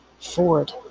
Ford